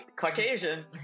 caucasian